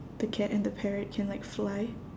the cat and the parrot can like fly